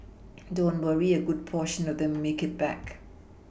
don't worry a good portion of them make it back